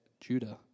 Judah